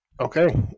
Okay